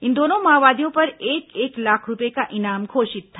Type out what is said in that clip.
इन दोनों माओवादियों पर एक एक लाख रूपये का इनाम घोषित था